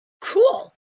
cool